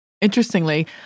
interestingly